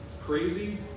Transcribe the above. crazy